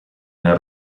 nel